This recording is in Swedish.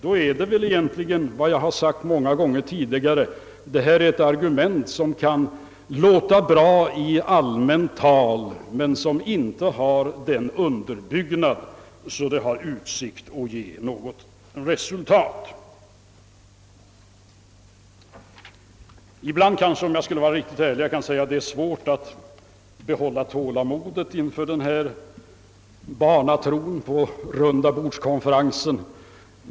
Ja, det är väl som jag sagt många gånger förr, att detta argument om en rundabordskonferens kan låta bra i allmänt tal, men det har inte en sådan underbyggnad att det kan ge något resultat. Ibland är det — om jag skall vara riktigt ärlig — svårt att få tålamodet att räcka till inför denna barnatro på en rundabordskonferens.